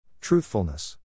Truthfulness